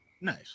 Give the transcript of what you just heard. Nice